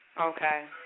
Okay